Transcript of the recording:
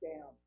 down